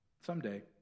Someday